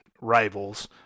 rivals